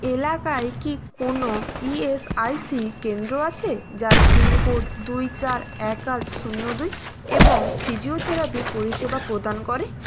এলাকায় কি কোনও ইএসআইসি কেন্দ্র আছে যার পিনকোড দুই চার এক আট শূন্য দুই এবং ফিজিওথেরাপি পরিষেবা প্রদান করে